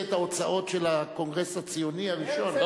את ההוצאות של הקונגרס הציוני הראשון?